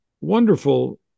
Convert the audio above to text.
wonderful